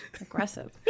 Aggressive